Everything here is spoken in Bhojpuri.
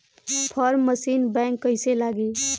फार्म मशीन बैक कईसे लागी?